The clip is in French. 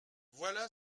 voilà